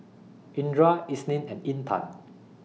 Indra Isnin and Intan